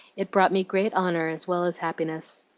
it brought me great honor as well as happiness.